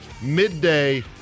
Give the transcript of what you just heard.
Midday